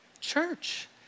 church